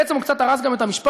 בעצם הוא קצת הרס גם את המשפט,